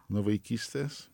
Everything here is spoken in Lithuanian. nuo vaikystės